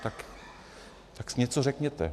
Tak už něco řekněte.